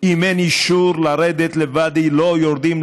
אם אין אישור לרדת לוואדי,